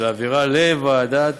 ולהעבירה לוועדת,